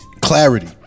clarity